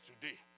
today